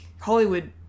Hollywood